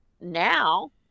now